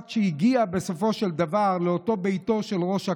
עד שהגיע בסופו של דבר לאותו בית של ראש הקהל.